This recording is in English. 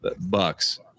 bucks